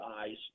eyes